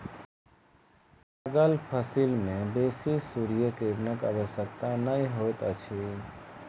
लागल फसिल में बेसी सूर्य किरणक आवश्यकता नै होइत अछि